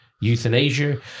euthanasia